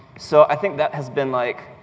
so i think that has been, like,